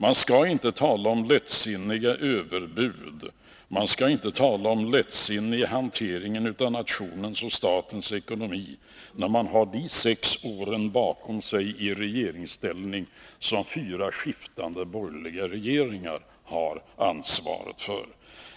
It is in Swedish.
Man skall inte tala om lättsinniga överbud, man skall inte tala om lättsinnig hantering av nationens och statens ekonomi, när man har de sex år bakom sig i regeringsställning som fyra skiftande borgerliga regeringar har ansvaret för.